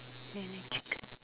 and a chicken